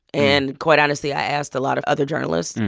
and quite honestly, i asked a lot of other journalists.